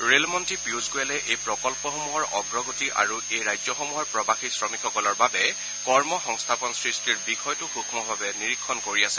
ৰেলমন্ত্ৰী পীয়ুষ গোৱেলে এই প্ৰকন্সমূহৰ অগ্ৰগতি আৰু এই ৰাজ্যসমূহৰ প্ৰৱাসী শ্ৰমিকসকলৰ বাবে কৰ্মসংস্থাপন সৃষ্টিৰ বিষয়টো সুক্ষভাৱে নিৰীক্ষণ কৰি আছে